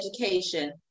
education